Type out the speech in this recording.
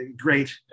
great